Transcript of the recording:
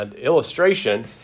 illustration